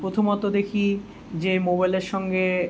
প্রথমত দেখি যে মোবাইলের সঙ্গে